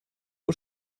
nur